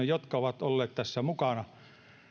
jotka ovat olleet tässä mukana